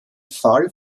fall